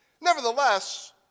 Nevertheless